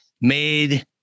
made